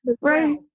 Right